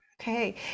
Okay